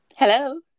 Hello